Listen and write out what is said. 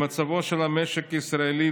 במצבו של המשק הישראלי,